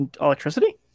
Electricity